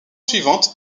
suivante